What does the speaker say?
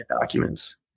documents